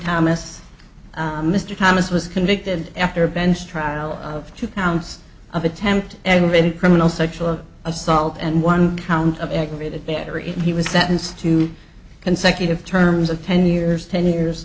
thomas mr thomas was convicted after a bench trial of two counts of attempted aggravated criminal sexual assault and one count of aggravated battery and he was sentenced to consecutive terms of ten years ten years